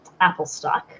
Applestock